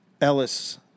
Ellis